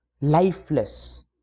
lifeless